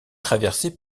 traversée